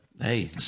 Hey